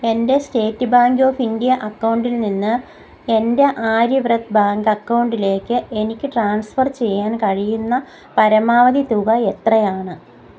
എൻ്റെ State Bank of India അക്കൗണ്ടിൽ നിന്ന് എൻ്റെ ആര്യവ്രത് ബാങ്ക് അക്കൗണ്ടിലേക്ക് എനിക്ക് ട്രാൻസ്ഫർ ചെയ്യാൻ കഴിയുന്ന പരമാവധി തുക എത്രയാണ്